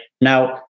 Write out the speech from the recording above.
Now